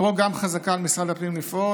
עד כמה תהיה מוכן לקחת את הדבר הזה